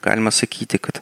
galima sakyti kad